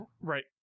right